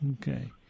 okay